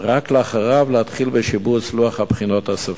ורק אחריו להתחיל בשיבוץ לוח הבחינות הסופי.